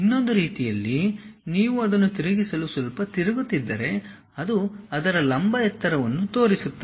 ಇನ್ನೊಂದು ರೀತಿಯಲ್ಲಿ ನೀವು ಅದನ್ನು ತಿರುಗಿಸಲು ಸ್ವಲ್ಪ ತಿರುಗುತ್ತಿದ್ದರೆ ಅದು ಅದರ ಲಂಬ ಎತ್ತರವನ್ನು ತೋರಿಸುತ್ತದೆ